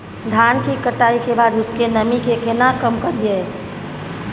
धान की कटाई के बाद उसके नमी के केना कम करियै?